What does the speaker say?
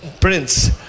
Prince